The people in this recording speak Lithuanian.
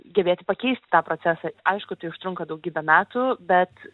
gebėti pakeisti tą procesą aišku tai užtrunka daugybę metų bet